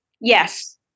Yes